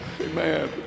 amen